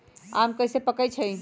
आम कईसे पकईछी?